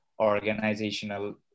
organizational